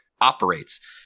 operates